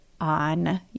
on